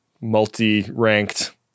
multi-ranked